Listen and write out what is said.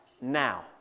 now